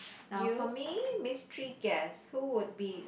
now for me mystery guest who would be